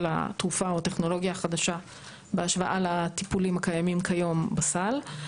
התרופה או הטכנולוגיה החדשה בהשוואה לטיפולים הקיימים כיום בסל,